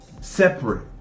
separate